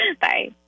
Bye